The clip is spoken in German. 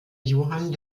johann